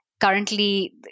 currently